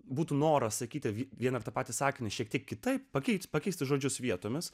būtų noras sakyti vieną ir tą patį sakinį šiek tiek kitaip pakeisti pakeisti žodžius vietomis